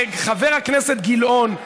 וחבר הכנסת גילאון,